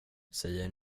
säger